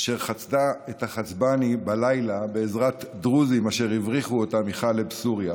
אשר חצתה את החצבני בלילה בעזרת דרוזים אשר הבריחו אותם מחלב סוריה